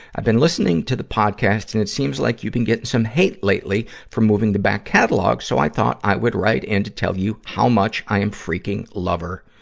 i've been listening to the podcast, and it seems like you've been getting some hate lately for moving the back catalogue. so i thought i would write in to tell you how much i am freaking lover,